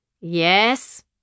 Yes